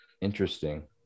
interesting